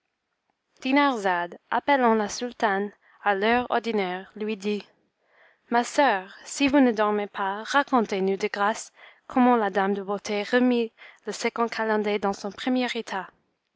appelant la sultane à l'heure ordinaire lui dit ma soeur si vous ne dormez pas racontez-nous de grâce comment la dame de beauté remit le second calender dans son premier état